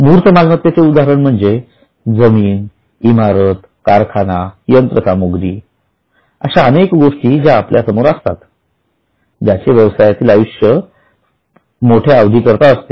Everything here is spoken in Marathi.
मूर्त मालमत्तेचे उदाहरण म्हणजे जमीनइमारतकारखानायंत्रसामुग्रीअशा अनेक गोष्टी ज्या आपल्यासमोर असतात ज्याचे व्यवसायातील आयुष्य मोठ्या अवधी करता असते